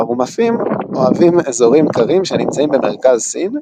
החרומפים אוהבים אזורים קרים שנמצאים במרכז סין,